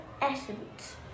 essence